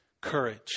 courage